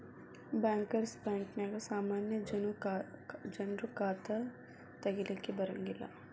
bankers bank ನ್ಯಾಗ ಸಾಮಾನ್ಯ ಜನ್ರು ಖಾತಾ ತಗಿಲಿಕ್ಕೆ ಬರಂಗಿಲ್ಲಾ